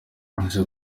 ese